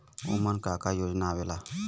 उमन का का योजना आवेला?